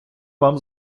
вам